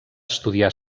estudiar